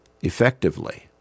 effectively